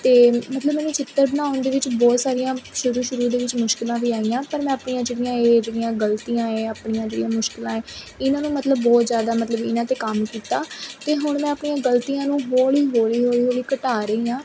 ਅਤੇ ਮਤਲਬ ਮੇਰੀ ਚਿੱਤਰ ਬਣਾਉਣ ਦੇ ਵਿੱਚ ਬਹੁਤ ਸਾਰੀਆਂ ਸ਼ੁਰੂ ਸ਼ੁਰੂ ਦੇ ਵਿੱਚ ਮੁਸ਼ਕਿਲਾਂ ਵੀ ਆਈਆਂ ਪਰ ਮੈਂ ਆਪਣੀਆਂ ਜਿਹੜੀਆਂ ਇਹ ਜਿਹੜੀਆਂ ਗਲਤੀਆਂ ਆਪਣੀਆਂ ਜਿਹੜੀਆਂ ਮੁਸ਼ਕਿਲਾਂ ਇਹਨਾਂ ਨੂੰ ਮਤਲਬ ਬਹੁਤ ਜ਼ਿਆਦਾ ਮਤਲਬ ਇਹਨਾਂ 'ਤੇ ਕੰਮ ਕੀਤਾ ਅਤੇ ਹੁਣ ਮੈਂ ਆਪਣੀਆਂ ਗਲਤੀਆਂ ਨੂੰ ਹੌਲੀ ਹੌਲੀ ਘਟਾ ਰਹੀ ਹਾਂ